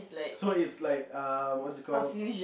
so it's like err what's it called